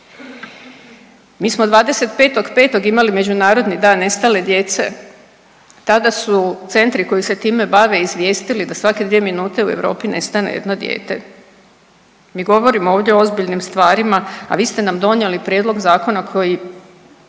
Mi smo 25.5. imali Međunarodni dan nestale djece. Tada su centri koji se time bave izvijestili da svake 2 minute u Europi nestane jedno dijete. Mi govorimo ovdje o ozbiljnim stvarima, a vi ste nam donijeli prijedlog zakona koji,